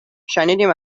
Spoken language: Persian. شنیدیم